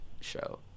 show